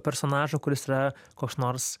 personažą kuris yra koks nors